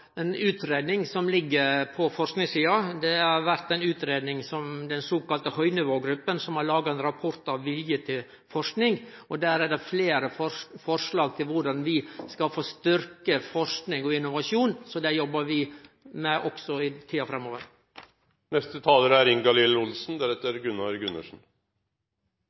på forskingssida. Det har vore ei utgreiing frå den såkalla høynivågruppa, som har laga ein rapport, Vilje til forsking. Der er det fleire forslag til korleis vi skal få styrkt forsking og innovasjon, så det jobbar vi med også i tida framover. I 2013 er